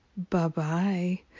bye-bye